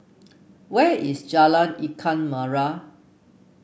where is Jalan Ikan Merah